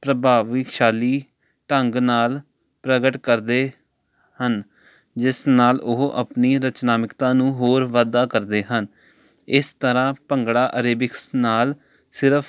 ਪ੍ਰਭਾਵਸ਼ਾਲੀ ਢੰਗ ਨਾਲ ਪ੍ਰਗਟ ਕਰਦੇ ਹਨ ਜਿਸ ਨਾਲ ਉਹ ਆਪਣੀ ਰਚਨਾਤਮਿਕਤਾ ਨੂੰ ਹੋਰ ਵਾਧਾ ਕਰਦੇ ਹਨ ਇਸ ਤਰ੍ਹਾਂ ਭੰਗੜਾ ਅਰੇਬਿਕਸ ਨਾਲ ਸਿਰਫ਼